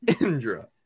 Indra